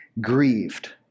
grieved